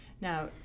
Now